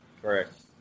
Correct